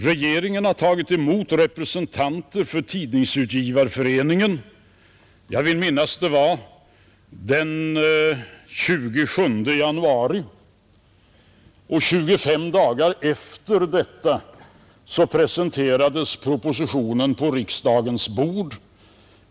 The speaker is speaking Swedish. Regeringen har tagit emot representanter för Tidningsutgivareföreningen — jag vill minnas att det var den 27 januari — och 25 dagar efter detta presenterades propositionen på riksdagens bord.